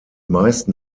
meisten